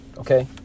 Okay